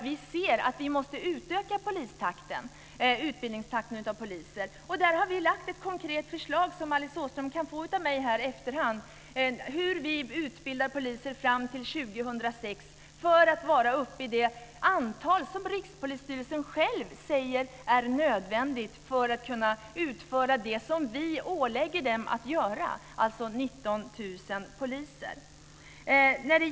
Vi ser att utbildningstakten av poliser måste utökas. Där har vi lagt fram ett konkret förslag som Alice Åström kan få av mig i efterhand, dvs. hur poliser ska utbildas fram till 2006 för att komma upp i det antal som Rikspolisstyrelsen själv säger är nödvändigt för att kunna utföra det som vi ålägger dem att göra - 19 000 poliser.